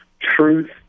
truth